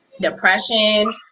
depression